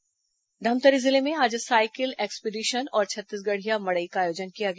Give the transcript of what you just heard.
cycle expedition Dhamtari जिले में आज साइकिल एक्सपीडिशन और छत्तीसगढ़िया मड़ई का आयोजन किया गया